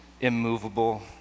immovable